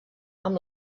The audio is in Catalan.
amb